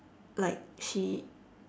like she